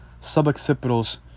suboccipitals